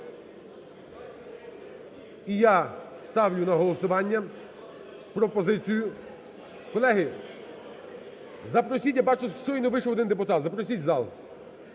І я ставлю на голосування пропозицію. Колеги, запросіть, я бачу, щойно вийшов один депутат, запросіть у зал.